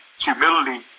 humility